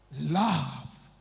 Love